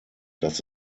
dass